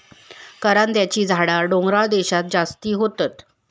करांद्याची झाडा डोंगराळ देशांत जास्ती होतत